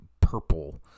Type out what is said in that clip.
purple